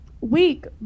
week